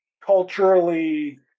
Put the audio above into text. culturally